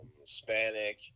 hispanic